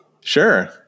Sure